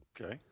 Okay